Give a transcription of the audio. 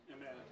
Amen